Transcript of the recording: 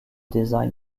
design